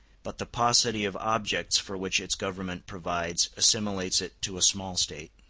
but the paucity of objects for which its government provides assimilates it to a small state.